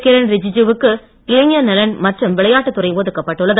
கிரண்ரெஜுஜூ வுக்கு இளைஞர் நலன் மற்றும் விளையாட்டுத்துறை ஒதுக்கப்பட்டுள்ளது